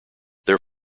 there